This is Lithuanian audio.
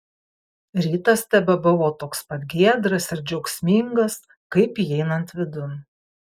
rytas tebebuvo toks pat giedras ir džiaugsmingas kaip įeinant vidun